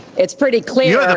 it's pretty clear.